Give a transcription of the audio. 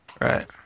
Right